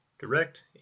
direct